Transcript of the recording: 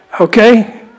okay